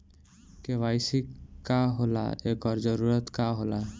KYC का होला एकर जरूरत का होला?